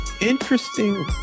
interesting